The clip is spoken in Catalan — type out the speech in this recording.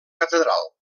catedral